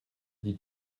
des